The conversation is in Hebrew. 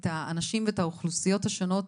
את האנשים ואת האוכלוסיות השונות,